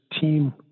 team